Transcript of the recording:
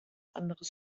anderes